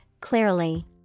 clearly